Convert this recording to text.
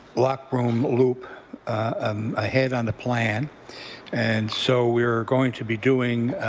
loch broom loop um ahead on the plan and so we're going to be doing